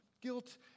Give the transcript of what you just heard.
guilt